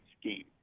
scheme